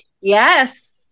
Yes